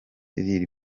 lil